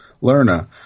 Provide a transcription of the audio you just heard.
Lerna